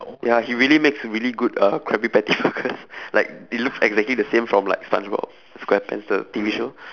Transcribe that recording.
ya he really makes really good uh krabby patty burgers like it looks exactly the same from like spongebob-squarepants the T_V show